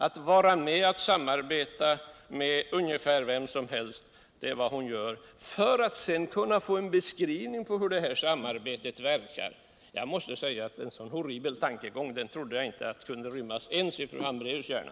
Att vara med och samarbeta med ungefär vem som helst, det är vad hon talar för, och det för att kunna få en beskrivning av hur detta samarbete verkar. Jag måste säga att jag inte trodde att en sådan horribel tankegång kunde rymmas ens i fru Hambraeus hjärna.